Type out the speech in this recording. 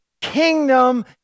kingdom